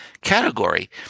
category